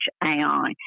AI